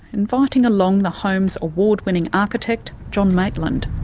inviting along the home's award-winning architect john maitland.